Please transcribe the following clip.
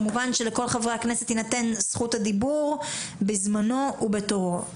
כמובן שלכל חברי הכנסת תינתן זכות הדיבור בזמנם ובתורם.